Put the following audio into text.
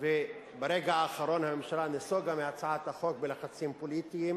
וברגע האחרון הממשלה נסוגה מהצעת החוק בלחצים פוליטיים